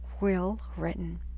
well-written